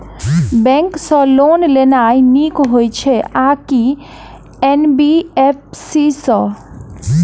Bank सँ loan लेनाय नीक होइ छै आ की एन.बी.एफ.सी सँ?